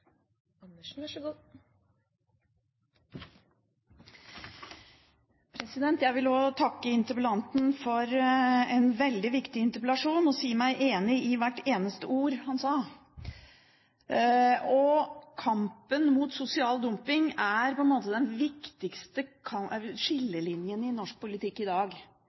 Jeg vil også takke interpellanten for en veldig viktig interpellasjon og si meg enig i hvert eneste ord han sa. Kampen mot sosial dumping er på en måte den viktigste skillelinjen mellom høyresida og venstresida i norsk politikk i dag.